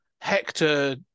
Hector